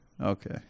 Okay